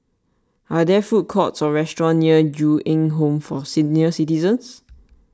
are there food courts or restaurants near Ju Eng Home for Senior Citizens